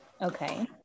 Okay